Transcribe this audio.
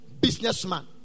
businessman